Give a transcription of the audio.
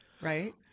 Right